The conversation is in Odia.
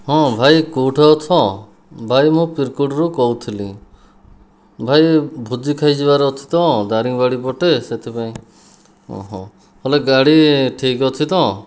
ହଁ ଭାଇ କେଉଁଠି ଅଛ ଭାଇ ମୁଁ ପିରକୁଟ ରୁ କହୁଥିଲି ଭାଇ ଭୋଜି ଖାଇ ଯିବାର ଅଛି ତ ଦାରିଙ୍ଗବାଡ଼ି ପଟେ ସେଥିପାଇଁ ଓହୋ ହେଲେ ଗାଡ଼ି ଠିକ ଅଛି ତ